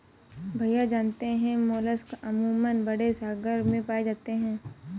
भैया जानते हैं मोलस्क अमूमन बड़े सागर में पाए जाते हैं